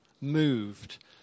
moved